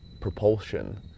propulsion